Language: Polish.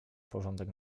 porządek